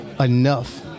enough